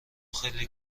خیلی